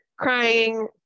Crying